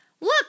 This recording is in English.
Look